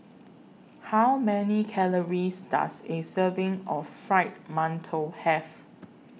How Many Calories Does A Serving of Fried mantou Have